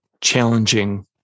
challenging